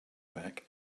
back